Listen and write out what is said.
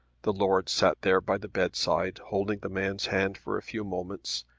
the lord sat there by the bedside, holding the man's hand for a few moments,